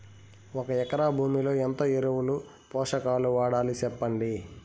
ఒక ఎకరా భూమిలో ఎంత ఎరువులు, పోషకాలు వాడాలి సెప్పండి?